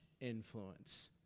influence